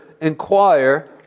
inquire